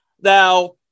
Now